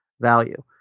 value